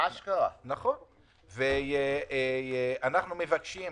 אנחנו מבקשים